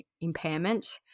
impairment